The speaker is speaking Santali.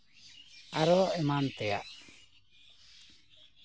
ᱟᱨᱦᱚᱸ ᱮᱢᱟᱱ ᱛᱮᱭᱟᱜ